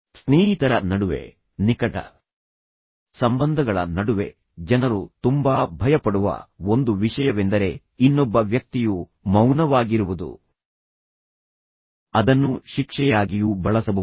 ಸ್ನೇಹಿತರ ನಡುವೆ ನಿಕಟ ಸಂಬಂಧಗಳ ನಡುವೆ ಜನರು ತುಂಬಾ ಭಯಪಡುವ ಒಂದು ವಿಷಯವೆಂದರೆ ಇನ್ನೊಬ್ಬ ವ್ಯಕ್ತಿಯು ಮೌನವಾಗಿರುವುದು ಅದನ್ನು ಶಿಕ್ಷೆಯಾಗಿಯೂ ಬಳಸಬಹುದು